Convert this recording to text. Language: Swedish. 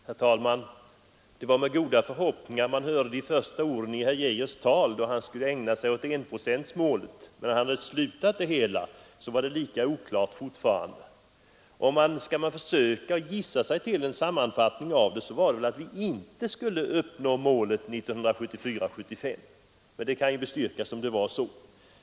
Herr talman! Det var med goda förhoppningar man hörde de första orden i herr Geijers tal, då han skulle ägna sig åt enprocentsmålet. När han slutat sitt anförande, var det fortfarande lika oklart. Om man skulle försöka gissa sig till en sammanfattning av hans anförande var väl den att vi inte skulle uppnå målet 1974/75. Men det kan ju bestyrkas om det var så.